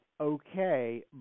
okay